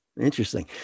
Interesting